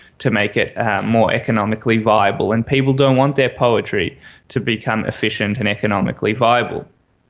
to make it ah more economically viable, and people don't want their poetry to become efficient and economically viable.